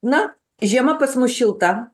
na žiema pas mus šilta